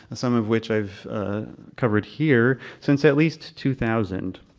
some of which i've covered here, since at least two thousand.